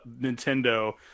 Nintendo